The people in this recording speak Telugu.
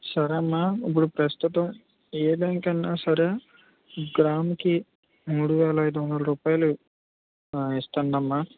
సరే అమ్మ ఇప్పుడు ప్రస్తుతం బ్యాంక్ అయినా సరే గ్రాముకి మూడువేల ఐదువందల రూపాయలు ఇస్తుంది అమ్మా